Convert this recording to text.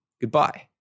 goodbye